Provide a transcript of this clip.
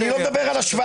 אני לא מדבר על השוואה.